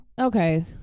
Okay